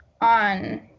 on